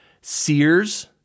Sears